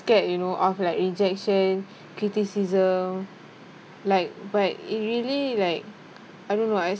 scared you know of like rejection criticism like but it really like I don't know I